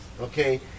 okay